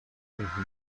und